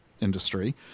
industry